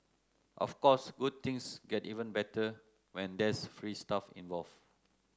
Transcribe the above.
of course good things get even better when there's free stuff involved